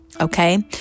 okay